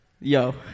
yo